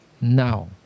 now